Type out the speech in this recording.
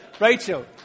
Rachel